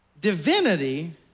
divinity